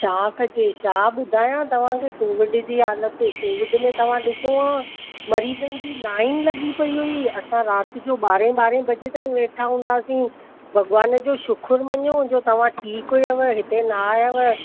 छा कॼे छा ॿुधायां तव्हांखे कोविड जी हालति कोविड में तव्हां डि॒सो हा मरीजनि जी लाईन लगी॒ पई हुई असां राति जो ॿारहें ॿारहें बजे ताईं वेठा हूंदा हुआसीं भॻवान जो शुख़ुर मञियो जो तव्हां ठीकु हुयव हिते न आयव